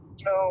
no